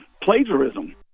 plagiarism